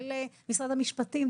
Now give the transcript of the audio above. כולל משרד המשפטים,